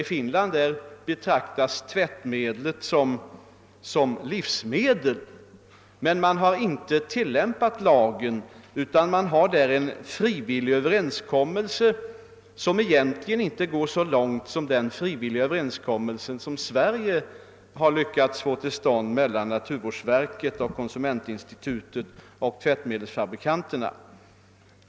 I Finland betraktas nämligen tvättmedlen som livsmedel. Emellertid har man inte tillämpat lagen utan har en frivillig överenskommelse, som egentligen inte går så långt som den frivilliga överenskommelse som Sverige har lyckats få till stånd mellan naturvårdsverket och tvättmedelsfabrikanterna.